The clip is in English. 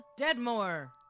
Deadmore